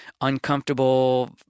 uncomfortable